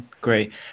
Great